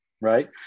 Right